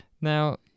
Now